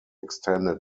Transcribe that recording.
extended